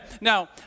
Now